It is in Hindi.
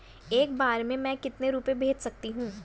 एक बार में मैं कितने रुपये भेज सकती हूँ?